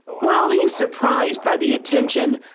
while he is surprised by the attention,